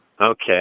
Okay